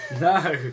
No